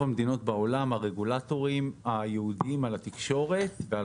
המדינות בעולם הרגולטורים הייעודיים על התקשורת ועל